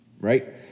right